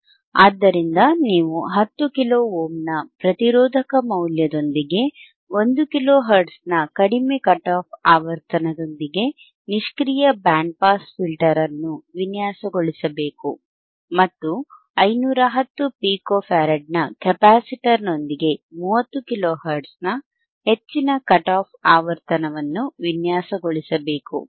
ಆದ್ದರಿಂದ ನೀವು 10 ಕಿಲೋ ಓಮ್ನ ಪ್ರತಿರೋಧಕ ಮೌಲ್ಯದೊಂದಿಗೆ 1 ಕಿಲೋಹೆರ್ಟ್ಜ್ ನ ಕಡಿಮೆ ಕಟ್ ಆಫ್ ಆವರ್ತನದೊಂದಿಗೆ ನಿಷ್ಕ್ರಿಯ ಬ್ಯಾಂಡ್ ಪಾಸ್ ಫಿಲ್ಟರ್ ಅನ್ನು ವಿನ್ಯಾಸಗೊಳಿಸಬೇಕು ಮತ್ತು 510 ಪಿಕೊ ಫರಾಡ್ನ ಕೆಪಾಸಿಟರ್ನೊಂದಿಗೆ 30 ಕಿಲೋ ಹರ್ಟ್ಜ್ನ ಹೆಚ್ಚಿನ ಕಟ್ ಆಫ್ ಆವರ್ತನವನ್ನು ವಿನ್ಯಾಸಗೊಳಿಸಬೇಕು